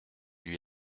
lui